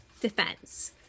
defense